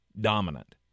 Dominant